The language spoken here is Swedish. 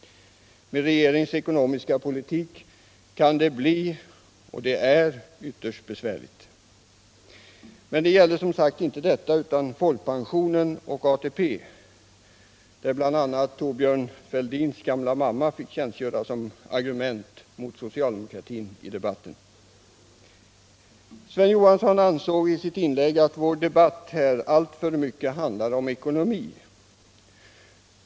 Med regeringens ekonomiska politik kan det bli ytterst besvärligt — och är ytterst besvärligt! Men det gällde som sagt att ta bort folkpensionen och ATP, där bl.a. Thorbjörn Fälldins gamla mamma i debatten fick tjänstgöra som argument mot socialdemokratin. Sven Johansson sade i sitt inlägg att vår debatt här i riksdagen alltför mycket handlar om ekonomi.